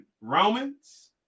Romans